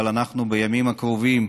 אבל בימים הקרובים,